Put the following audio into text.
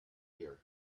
year